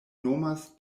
nomas